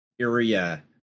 area